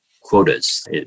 quotas